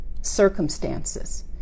circumstances